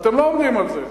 אתם לא עומדים על זה.